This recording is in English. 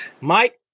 Mike